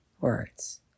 words